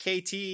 KT